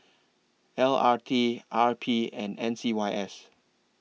L R T R P and M C Y S